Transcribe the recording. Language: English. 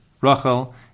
Rachel